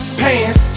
pants